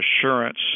assurance